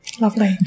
Lovely